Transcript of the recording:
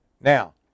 Now